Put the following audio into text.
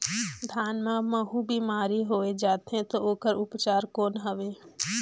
धान मां महू बीमारी होय जाथे तो ओकर उपचार कौन हवे?